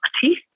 teeth